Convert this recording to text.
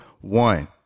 one